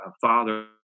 father